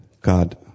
God